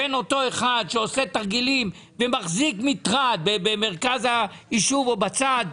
בין אותו אחד שעושה תרגילים ומחזיק מטרד במרכז היישוב או בצדו,